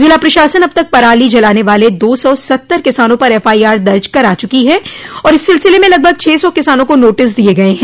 जिला प्रशासन अब तक पराली जलाने वाले दो सौ सत्तर किसानों पर एफआईआर दर्ज करा चुकी है और इस सिलसिले में लगभग छह सौ किसानों को नोटिस दिये गये हैं